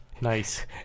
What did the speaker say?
nice